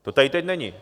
To tady teď není.